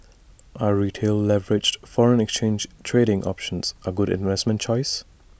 are retail leveraged foreign exchange trading options A good investment choice